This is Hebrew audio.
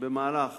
במהלך